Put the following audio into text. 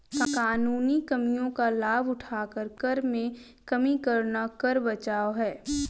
कानूनी कमियों का लाभ उठाकर कर में कमी करना कर बचाव है